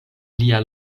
lia